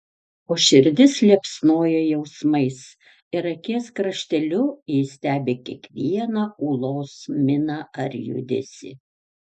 o širdis liepsnoja jausmais ir akies krašteliu jis stebi kiekvieną ūlos miną ar judesį